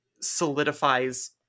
solidifies